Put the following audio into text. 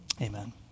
amen